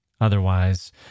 Otherwise